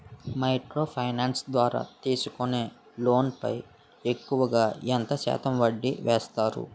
Micro finance ద్వారా తీసుకునే loan పై ఎక్కువుగా ఎంత శాతం వడ్డీ వేస్తారు?